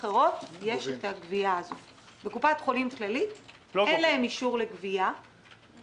הם נותנים את השירות הזה דרך השב"ן ושם הם כן גובים ואף גובים יותר.